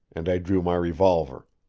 and i drew my revolver.